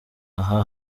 ahaa